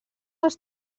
els